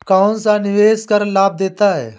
कौनसा निवेश कर लाभ देता है?